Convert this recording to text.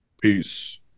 Peace